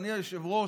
אדוני היושב-ראש,